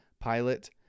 pilot